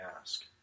ask